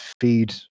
feed